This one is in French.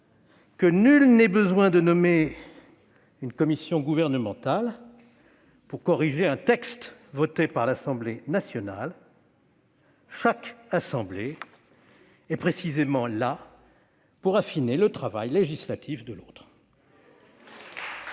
que nul n'est besoin de nommer une commission gouvernementale pour corriger un texte adopté par l'Assemblée nationale. Chaque assemblée est là, précisément, pour affiner le travail législatif de l'autre.